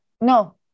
no